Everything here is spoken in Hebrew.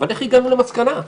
אבל איך הגענו למסקנה?